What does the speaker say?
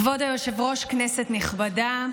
כבוד היושב-ראש, כנסת נכבדה,